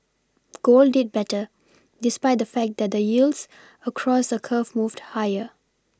gold did better despite the fact that the yields across the curve moved higher